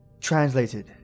Translated